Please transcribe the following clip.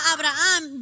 Abraham